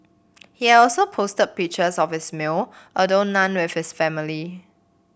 he also posted pictures of his meal although none with his family